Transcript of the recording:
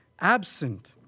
absent